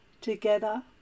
Together